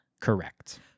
Correct